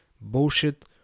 bullshit